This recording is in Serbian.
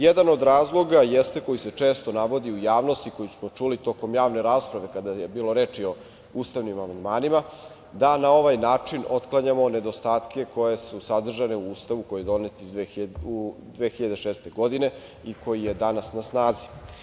Jedan od razloga koji se često navodi u javnosti i koji smo čuli tokom javne rasprave kada je bilo reči o ustavnim amandmanima jeste da na ovaj način otklanjamo nedostatke koji su sadržani u Ustavu koji je donet 2006. godine i koji je danas na snazi.